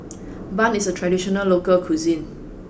Bun is a traditional local cuisine